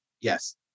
yes